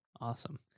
Awesome